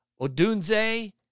Odunze